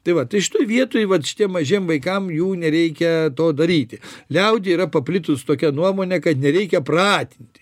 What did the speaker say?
tai vat tai šitoj vietoj vat šitiem mažiem vaikam jų nereikia to daryti liaudyje yra paplitus tokia nuomonė kad nereikia pratinti